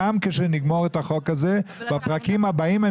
גם כשנגמור את החוק הזה בפרקים הבאים הם